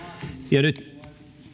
nyt